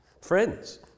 friends